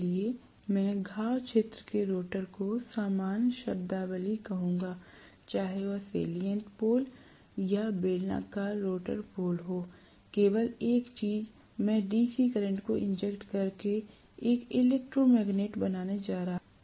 इसलिए मैं घाव क्षेत्र के रोटर को सामान्य शब्दावली कहूंगा चाहे वह सेल्यन्ट पोल या बेलनाकार पोल रोटर हो केवल एक चीज मैं डीसी करंट को इंजेक्ट करके एक इलेक्ट्रोमैग्नेट बनाने जा रहा हूं